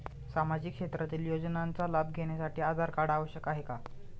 सामाजिक क्षेत्रातील योजनांचा लाभ घेण्यासाठी आधार कार्ड आवश्यक आहे का?